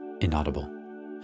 inaudible